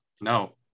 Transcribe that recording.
No